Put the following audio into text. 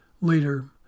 later